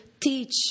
teach